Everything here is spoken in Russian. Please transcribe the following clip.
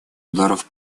ударов